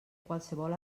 qualsevol